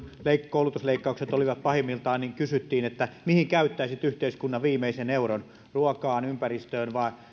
koulutusleikkaukset olivat pahimmillaan kysyttiin että mihin käyttäisit yhteiskunnan viimeisen euron ruokaan ympäristöön